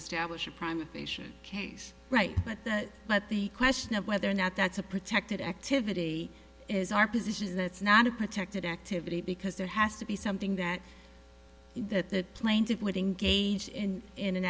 establish a prime a patient case right but the but the question of whether or not that's a protected activity is our position that's not a protected activity because there has to be something that that plane to putting gage in in an